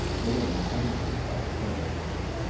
they don't know anything about the show business.